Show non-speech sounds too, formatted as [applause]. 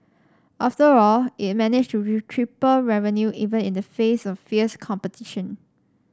after all it managed to [unintelligible] triple revenue even in the face of fierce competition